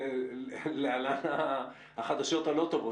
להלן החדשות הלא טובות.